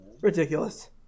Ridiculous